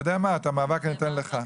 אתה יודע מה, את המאבק אני אתן לך.